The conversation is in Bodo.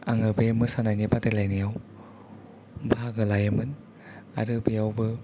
आङो बे मोसानायनि बादायलायनायाव बाहागो लायोमोन आरो बेयावबो